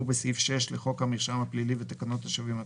בסעיף 6 לחוק המרשם הפלילי ותקנת השבים,